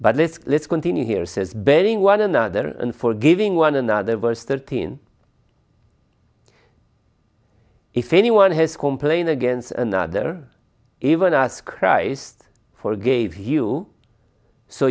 but let's let's continue here says burying one another and forgiving one another verse thirteen if anyone has complained against another even as christ forgave you so